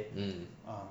mm